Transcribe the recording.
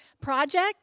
project